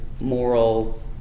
moral